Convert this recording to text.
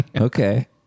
okay